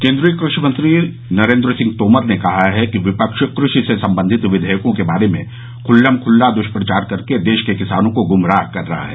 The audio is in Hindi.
केंद्रीय कृषि मंत्री नरेंद्र सिंह तोमर ने कहा है कि विपक्ष कृषि से संबंधित विधेयकों के बारे में खुल्लमखुल्ला दुष्प्रचार करके देश के किसानों को गुमराह कर रहा है